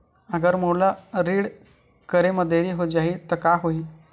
अगर मोला ऋण करे म देरी हो जाहि त का होही?